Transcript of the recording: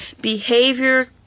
behavior